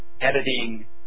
editing